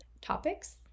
topics